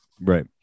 right